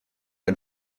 ein